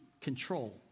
control